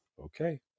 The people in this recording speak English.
okay